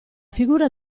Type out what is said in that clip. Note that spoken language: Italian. figura